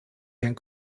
herrn